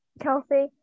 Kelsey